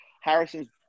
Harrison's